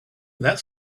that